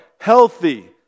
healthy